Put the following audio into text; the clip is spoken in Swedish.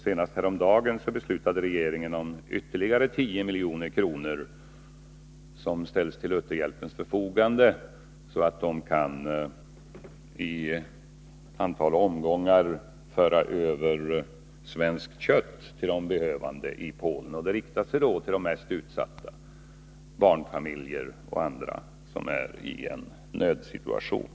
Senast häromdagen beslutade regeringen om ytterligare 10 milj.kr., som ställdes till Lutherhjälpens förfogande, så att denna i ett antal omgångar kan föra över svenskt kött till de behövande i Polen. De leveranserna riktar sig då till de mest utsatta, barnfamiljer och andra som är i en nödsituation.